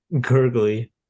gurgly